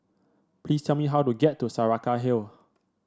please tell me how to get to Saraca Hill